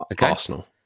Arsenal